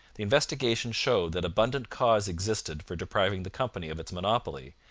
the investigation showed that abundant cause existed for depriving the company of its monopoly,